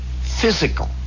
physical